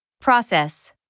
Process